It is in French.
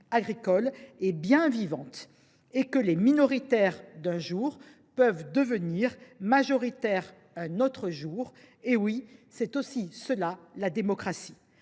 agricole est bien vivante et que les listes minoritaires un jour peuvent devenir majoritaires un autre jour : eh oui, c’est aussi cela la démocratie